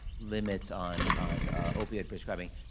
limits on on opioid prescribing,